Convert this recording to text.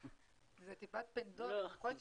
זו תיבת פנדורה, ככל שתשאל.